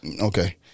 Okay